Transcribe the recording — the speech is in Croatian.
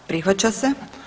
Prihvaća se.